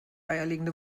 eierlegende